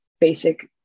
basic